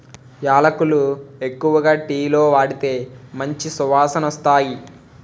యాలకులు ఎక్కువగా టీలో వాడితే మంచి సువాసనొస్తాయి